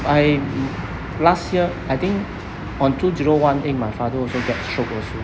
I last year I think on two zero one eight my father also get stroke also